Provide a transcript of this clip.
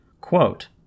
Quote